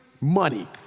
money